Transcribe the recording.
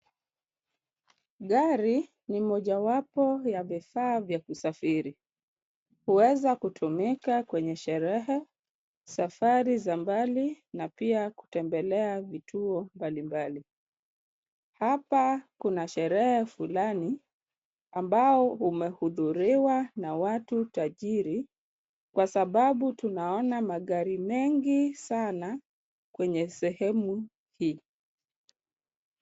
Gari ni mojawapo ya vifaa vya kusafiri. Huweza kutumika kwenye sherehe, safari za mbali na pia kutembelea vituo mbalimbali. Hapa kuna sherehe fulani, ambao umehudhuriwa na watu tajiri, kwa sababu tunaona magari mengi sana kwenye sehemu hii.